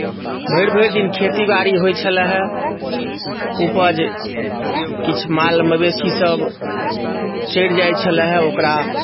भरि भरि दिन खेती बाड़ी होइत छलए हे उपज किछु माल मवेशीसभ चरि जाइत छलए हे ओकरा